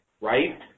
right